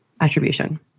attribution